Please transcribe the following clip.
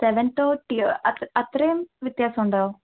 seven തേട്ടിയൊ അത്ര അത്രയും വ്യത്യാസം ഉണ്ടോ